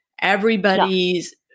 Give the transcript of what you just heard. Everybody's